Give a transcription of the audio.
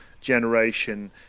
generation